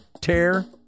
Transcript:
Tear